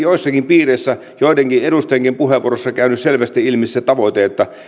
joissakin piireissä joidenkin edustajienkin puheenvuoroissa on käynyt selvästi ilmi se tavoite että